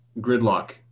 gridlock